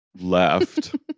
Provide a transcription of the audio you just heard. Left